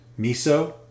miso